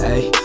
Ayy